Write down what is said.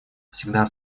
всегда